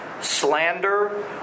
slander